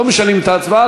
לא משנים את ההצבעה.